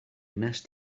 wnest